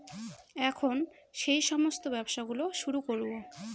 এখন সেই সমস্ত ব্যবসা গুলো শুরু করবো